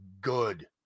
good